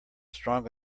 strong